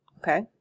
Okay